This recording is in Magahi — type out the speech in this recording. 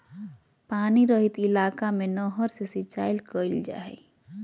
पानी रहित इलाका में नहर से सिंचाई कईल जा हइ